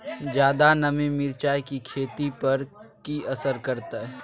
ज्यादा नमी मिर्चाय की खेती पर की असर करते?